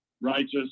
righteous